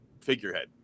figurehead